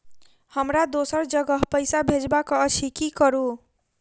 हमरा दोसर जगह पैसा भेजबाक अछि की करू?